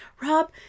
Rob